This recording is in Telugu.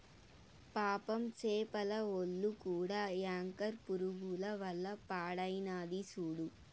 పాపం సేపల ఒల్లు కూడా యాంకర్ పురుగుల వల్ల పాడైనాది సూడు